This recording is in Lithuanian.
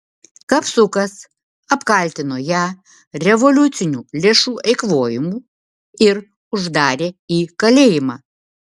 kapsukas apkaltino ją revoliucinių lėšų eikvojimu ir uždarė į kalėjimą